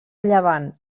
llevant